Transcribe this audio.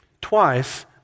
twice